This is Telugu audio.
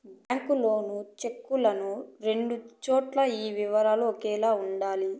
బ్యాంకు లోను చెక్కులను రెండు చోట్ల ఈ వివరాలు ఒకేలా ఉండాలి